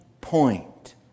point